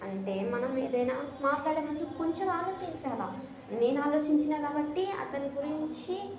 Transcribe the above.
అంటే మనం ఏదైనా మాట్లాడే ముందు కొంచెం ఆలోచించాలి నేను ఆలోచించాను కాబట్టి అతని గురించి